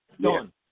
Done